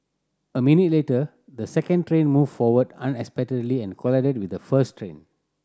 a minute later the second train moved forward unexpectedly and collided with the first train